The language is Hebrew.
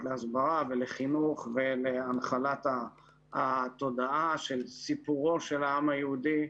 להסברה ולחינוך ולהנחלת התודעה של סיפורו של העם היהודי,